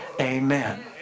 amen